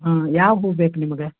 ಹಾಂ ಯಾವ ಹೂ ಬೇಕು ನಿಮಗೆ